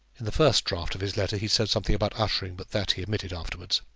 in the first draft of his letter he said something about ushering, but that he omitted afterwards.